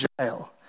jail